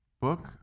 book